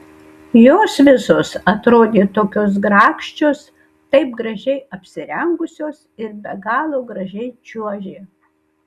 jos visos atrodė tokios grakščios taip gražiai apsirengusios ir be galo gražiai čiuožė